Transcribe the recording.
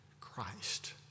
Christ